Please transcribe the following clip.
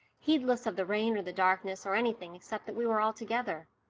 heedless of the rain or the darkness, or anything except that we were all together.